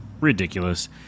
ridiculous